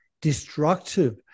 destructive